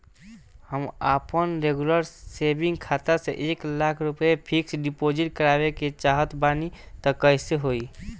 हम आपन regular saving खाता से एक लाख रुपया फिक्स डिपॉज़िट करवावे के चाहत बानी त कैसे होई?